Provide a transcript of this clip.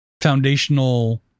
foundational